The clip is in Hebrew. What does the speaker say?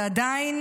ועדיין,